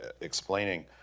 explaining